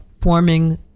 forming